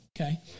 Okay